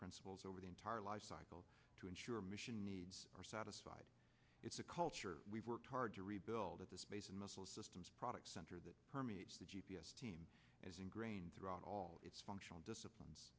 principles over the entire lifecycle to ensure mission needs are satisfied it's a culture we work hard to rebuild at the space and missile systems product center that permeates the g p s team as ingrained throughout all its